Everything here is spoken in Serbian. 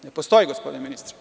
Ne postoji, gospodine ministre.